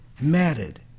matted